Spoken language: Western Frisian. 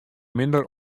minder